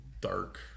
Dark